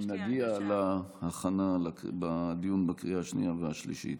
גם אם נגיע להכנה בדיון בקריאה השנייה והשלישית.